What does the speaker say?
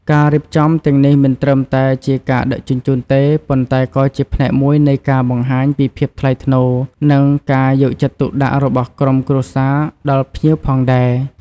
ការរៀបចំទាំងនេះមិនត្រឹមតែជាការដឹកជញ្ជូនទេ ប៉ុន្តែក៏ជាផ្នែកមួយនៃការបង្ហាញពីភាពថ្លៃថ្នូរ និងការយកចិត្តទុកដាក់របស់ក្រុមគ្រួសារដល់ភ្ញៀវផងដែរ។